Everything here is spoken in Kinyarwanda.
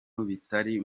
bitari